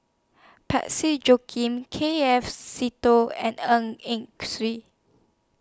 Parsick Joaquim K F Seetoh and Ng Yak Swhee